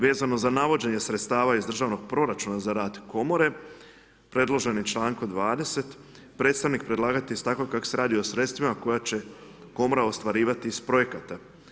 Vezano za navođenje sredstava iz državnog proračuna za rad komore, predloženim čl. 20. predstavnik predlagatelja istaknuo kako se radi o sredstvima koja će komora ostvarivati iz projekata.